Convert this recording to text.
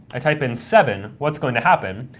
i type in seven, what's going to happen?